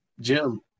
Jim